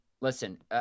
listen